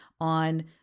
on